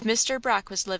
if mr. brock was living,